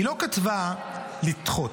היא לא כתבה לדחות,